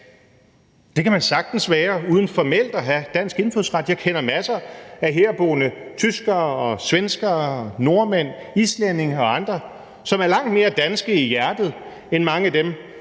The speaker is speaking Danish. Det kan man sagtens være uden formelt at have dansk indfødsret. Jeg kender masser af herboende tyskere og svenskere og nordmænd og islændinge og andre, som er langt mere danske i hjertet end mange af dem,